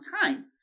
time